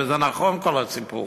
וזה נכון כל הסיפור.